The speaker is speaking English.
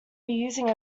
reusing